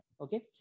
Okay